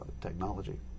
technology